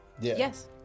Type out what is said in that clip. Yes